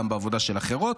גם בעבודה של אחרות,